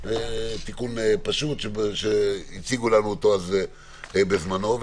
תיקון פשוט שהציגו לנו אותו אז בזמנו.